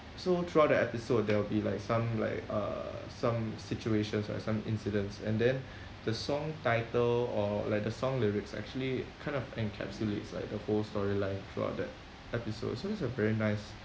so throughout the episode there will be like some like uh some situations like some incidents and then the song title or like the song lyrics actually kind of encapsulates like the whole storyline throughout that episode so it's a very nice